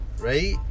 right